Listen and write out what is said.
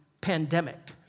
pandemic